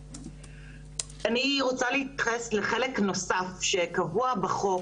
אני רוצה להתייחס לחלק נוסף שקבוע בחוק